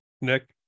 Nick